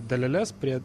daleles prie